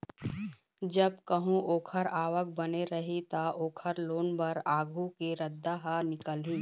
जब कहूँ ओखर आवक बने रही त, ओखर लोन बर आघु के रद्दा ह निकलही